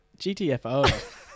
GTFO